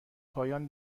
پایان